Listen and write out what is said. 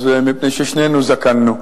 מפני ששנינו זקנו,